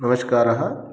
नमस्कारः